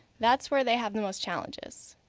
that's where they have the most challenges,